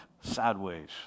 Sideways